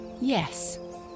Yes